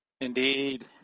Indeed